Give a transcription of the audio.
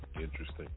interesting